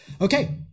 Okay